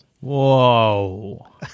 Whoa